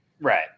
Right